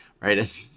right